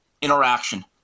interaction